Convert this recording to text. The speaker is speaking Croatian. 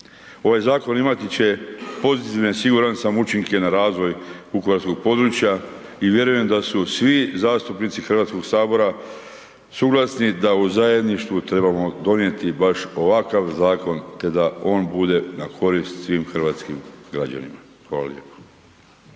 Ovaj zakon imati će pozitivne, siguran sam, učinke na razvoj vukovarskog područja i vjerujem da su svi zastupnici HS suglasni da u zajedništvu trebamo donijeti baš ovakav zakon, te da on bude na korist svih hrvatskih građanima. Hvala lijepo.